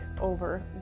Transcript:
over